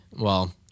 Well-